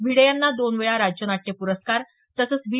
भिडे यांना दोन वेळा राज्य नाट्य पुरस्कार तसंच व्ही